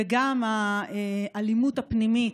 וגם האלימות הפנימית,